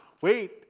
Wait